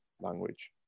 language